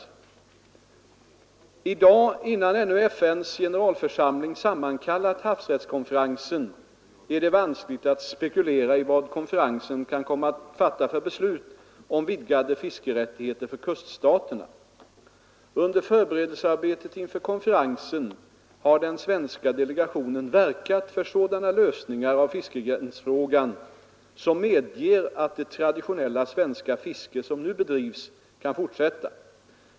I dag innan ännu FN:s generalförsamling sammankallat havsrättskonferensen är det vanskligt att spekulera i vad konferensen kan komma att fatta för beslut om vidgade fiskerättigheter för kuststaterna. Under förberedelsearbetet inför konferensen har den svenska delegationen verkat för sådana lösningar av fiskegränsfrågan som medger att det traditionella svenska fiske som nu bedrivs kan fortsätta.